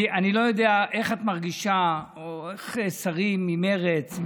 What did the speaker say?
אני לא יודע איך את מרגישה או איך שרים ממרצ,